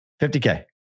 50k